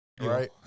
Right